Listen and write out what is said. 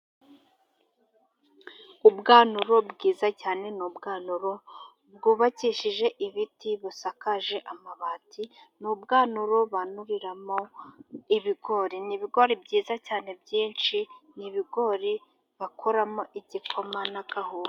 Ubwanuro bwiza cyane, ni ubwanuro bwubakishije ibiti busakaje amabati ni ubwanuro banuriramo ibigori, ni ibigori byiza cyane, byinshi, ni ibigori bakoramo igikoma n'akawunga.